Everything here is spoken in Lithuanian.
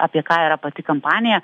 apie ką yra pati kampanija